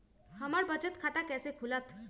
हमर बचत खाता कैसे खुलत?